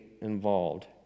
involved